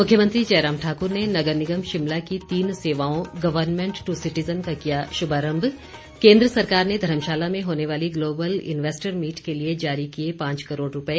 मुख्यमंत्री जयराम ठाकुर ने नगर निगम शिमला की तीन सेवाओं गवर्नमेंट ट्र सीटीजन का किया शुभारंभ केंद्र सरकार ने धर्मशाला में होने वाली ग्लोबल इन्वैस्टर मीट के लिए जारी किए पांच करोड़ रूपए